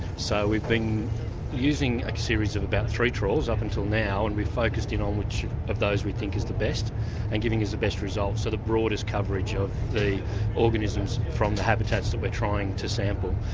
so we've been using a series of about three trawls up until now, and we've focused in on which of those we think is the best and giving us the best results, so the broadest coverage of the organisms from the habitats that we're trying to sample.